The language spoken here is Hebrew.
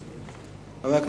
מס' 1308. בבקשה, אדוני.